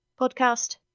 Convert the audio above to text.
podcast